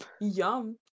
Yum